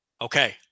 Okay